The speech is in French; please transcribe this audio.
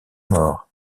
mort